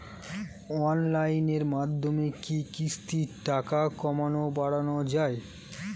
অনলাইনের মাধ্যমে কি কিস্তির টাকা কমানো বাড়ানো যায়?